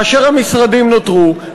כאשר המשרדים נותרו,